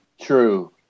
true